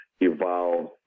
evolved